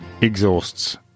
exhausts